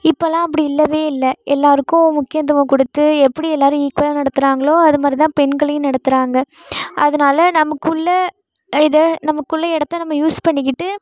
இப்போல்லாம் அப்படி இல்லவே இல்லை எல்லோருக்கும் முக்கியத்துவம் கொடுத்து எப்படி எல்லோரும் ஈக்குவலாக நடத்துகிறாங்களோ அது மாதிரி தான் பெண்களையும் நடத்துகிறாங்க அதனால் நமக்குள்ள இதை நமக்குள்ள இடத்த நம்ம யூஸ் பண்ணிக்கிட்டு